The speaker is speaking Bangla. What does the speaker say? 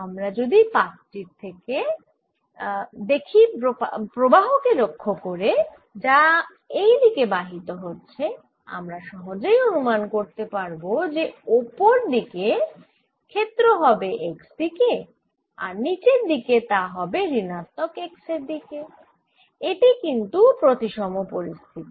আমরা যদি পাত টির দিকে দেখি প্রবাহ কে লক্ষ্য করে যা এই দিকে বাহিত হচ্ছে আমরা সহজেই অনুমান করতে পারব যে ওপর দিকে ক্ষেত্র হবে x দিকে আর নিচের দিকে তা হবে ঋণাত্মক x এর দিকে এটি কিন্তু প্রতিসম পরিস্থিতি